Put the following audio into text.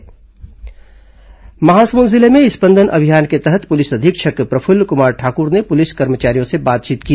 स्पंदन अभियान महासमुंद जिले में स्पंदन अभियान के तहत पुलिस अधीक्षक प्रफुल्ल कुमार ठाकुर ने पुलिस कर्मचारियों से बातचीत की